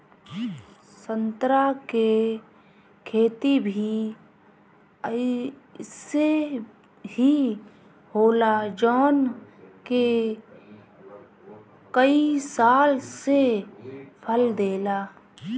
संतरा के खेती भी अइसे ही होला जवन के कई साल से फल देला